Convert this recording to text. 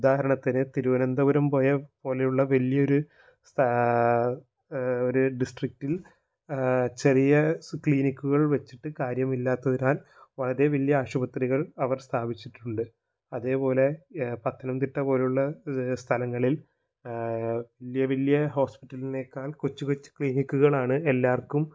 ഉദാഹരണത്തിന് തിരുവനന്തപുരം പോയ പോലെയുള്ള വലിയൊരു സ്ഥാ ഒരു ഡിസ്ട്രിക്റ്റിൽ ചെറിയ ക്ലിനിക്കുകൾ വെച്ചിട്ട് കാര്യമില്ലാത്തതിനാൽ വളരെ വലിയ ആശുപത്രികൾ അവർ സ്ഥാപിച്ചിട്ടുണ്ട് അതേപോലെ പത്തനംതിട്ട പോലെയുള്ള സ്ഥലങ്ങളിൽ വലിയ വലിയ ഹോസ്പിറ്റലിനേക്കാൾ കൊച്ചു കൊച്ചു ക്ലിനിക്കുകളാണ് എല്ലാവർക്കും